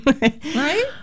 right